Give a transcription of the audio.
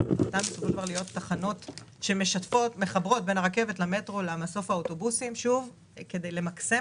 שאלו תחנות שמחברות בין הרכבת למטרו ומסוף האוטובוסים כדי למקסם